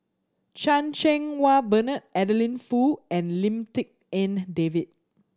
Chan Cheng Wah Bernard Adeline Foo and Lim Tik En David